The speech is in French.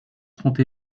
trente